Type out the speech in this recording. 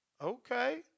Okay